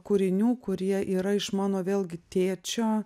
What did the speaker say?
kūrinių kurie yra iš mano vėlgi tėčio